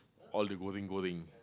all they go in go in